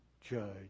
judge